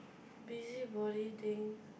busybody thing